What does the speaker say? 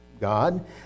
God